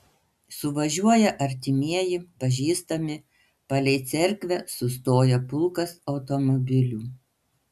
suvažiuoja artimieji pažįstami palei cerkvę sustoja pulkas automobilių